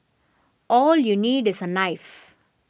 all you need is a knife